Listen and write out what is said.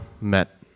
met